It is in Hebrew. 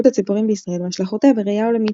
הציפורים בישראל והשלכותיה בראיה עולמית.